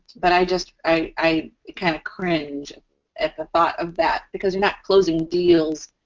but i just, i kind of cringe at the thought of that. because you're not closing deals.